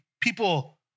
people